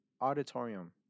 Auditorium